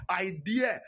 Idea